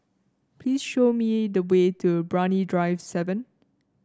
please show me the way to Brani Drive seven